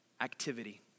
activity